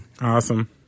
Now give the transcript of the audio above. Awesome